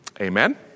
Amen